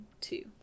two